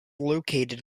located